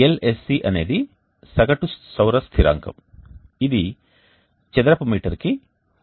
LSC అనేది సగటు సౌర స్థిరాంకం ఇది చదరపు మీటర్ కి 1